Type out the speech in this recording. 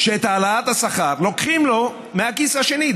שאת העלאת השכר לוקחים לו מהכיס השני,